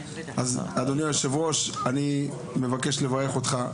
אז אדוני היושב-ראש אני מבקש לברך אותך,